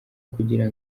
kugira